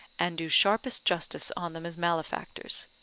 and do sharpest justice on them as malefactors.